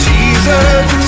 Jesus